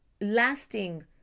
lasting